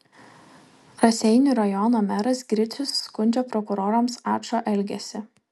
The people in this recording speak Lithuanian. raseinių rajono meras gricius skundžia prokurorams ačo elgesį